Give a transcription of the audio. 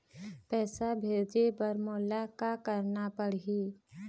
पैसा भेजे बर मोला का करना पड़ही?